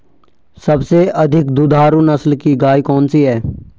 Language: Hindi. सबसे अधिक दुधारू नस्ल की गाय कौन सी है?